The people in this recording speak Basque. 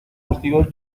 guztiok